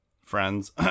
Friends